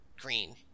green